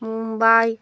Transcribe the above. Mumbai